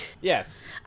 Yes